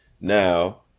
now